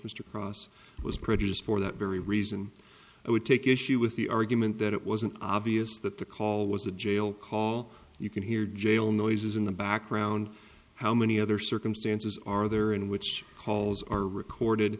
mr cross was prejudiced for that very reason i would take issue with the argument that it wasn't obvious that the call was a jail call you can hear jail noises in the background how many other circumstances are there in which calls are recorded